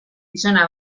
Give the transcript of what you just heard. gizona